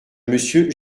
monsieur